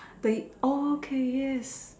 they all kiss